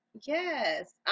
yes